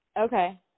Okay